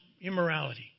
immorality